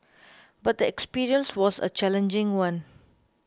but the experience was a challenging one